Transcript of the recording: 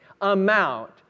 amount